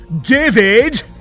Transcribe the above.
David